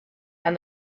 and